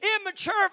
Immature